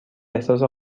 احساس